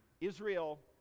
Israel